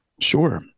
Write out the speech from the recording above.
Sure